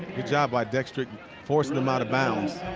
good job by dextric forcing him out of bounds.